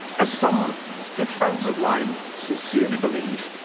as some good friends of mine sincerely believe,